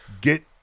Get